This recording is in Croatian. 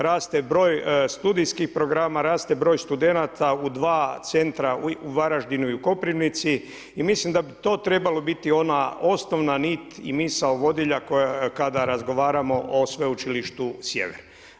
Raste broj studijskih programa, raste broj studenata u 2 centra u Varaždinu i u Koprivnici i mislim da bi to trebalo biti ona osnovna nit i misao vodilja kada razgovaramo o Sveučilištu Sjever.